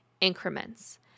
increments